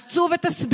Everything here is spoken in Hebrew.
אז צאו ותסבירו,